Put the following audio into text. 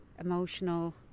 emotional